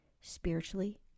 spiritually